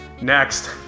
Next